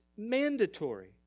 Mandatory